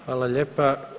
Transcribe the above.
Hvala lijepa.